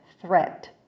threat